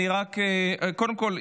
קודם כול,